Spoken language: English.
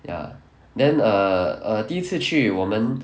ya then err err 第一次去我们